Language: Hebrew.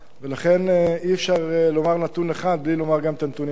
ולכן אי-אפשר לומר נתון אחד בלי לומר גם את הנתונים האחרים.